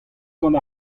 gant